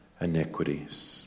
iniquities